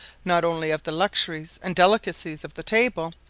not only of the luxuries and delicacies of the table,